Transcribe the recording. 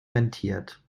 rentiert